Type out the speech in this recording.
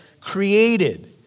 created